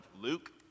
Luke